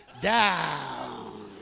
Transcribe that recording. Down